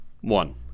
one